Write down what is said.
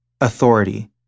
authority